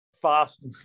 fast